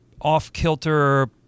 off-kilter